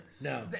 no